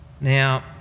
Now